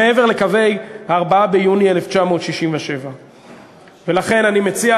מעבר לקווי 4 ביוני 1967. ולכן אני מציע,